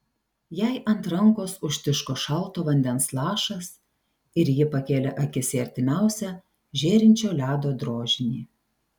jai ant rankos užtiško šalto vandens lašas ir ji pakėlė akis į artimiausią žėrinčio ledo drožinį